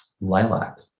lilac